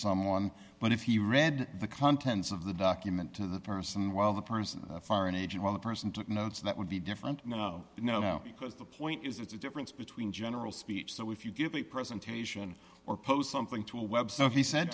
someone but if he read the contents of the document to the person while the person a foreign agent or the person took notes that would be different no no because the point is it's a difference between general speech so if you give a presentation or pose something to a web so he s